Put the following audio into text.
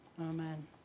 Amen